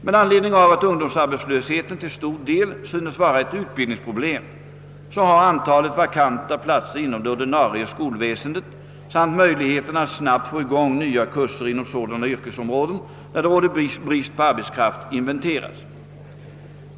Med anledning av att ungdomsarbetslösheten till stor del synes vara ett utbildningsproblem har antalet vakanta platser inom det ordinarie skolväsendet samt möjligheterna att snabbt få i gång nya kurser inom sådana yrkesområden där det råder brist på arbetskraft inventerats.